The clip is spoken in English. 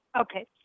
Okay